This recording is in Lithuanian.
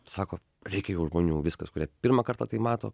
sako reikia jau žmonių viskas kurie pirmą kartą tai mato